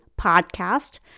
podcast